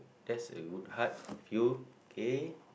that's a good hard few eh